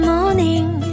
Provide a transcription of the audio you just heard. Morning